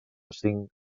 cinc